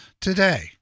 today